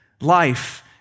life